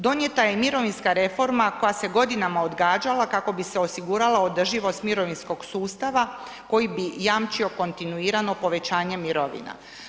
Donijeta je i mirovinska reforma koja se godinama odgađala kako bi se osigurao održivost mirovinskog sustava koja bi jamčio kontinuirano povećanje mirovina.